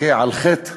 תכה על חטא